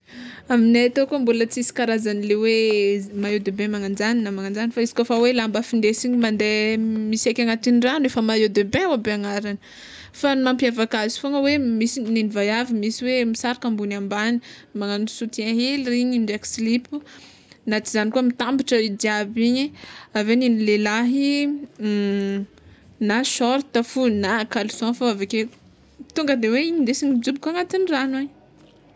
Aminay tô koa mbola tsisy karazanle hoe maillot de bain magnanjagny na magnanjagny fa izy kôfa hoe lamba findesigny mande misaiky agnatin'ny ragno efa maillot de bain aby agnarany fa ny mampiavaka azy fogna hoe misy nen'ny vaiavy misy hoe misaraka ambony ambany magnagno soutien hely regny ndraiky silipo na tsy zany koa mitambatra izy jiaby igny aveo neny lilahy na sôrta fohy na caleçon fôgna aveke tonga de hoe igny indesiny mijoboky agnatin'ny ragno any.